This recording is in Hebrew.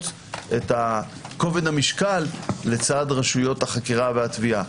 את כובד המשקל לצד רשויות החקירה והתביעה.